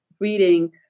reading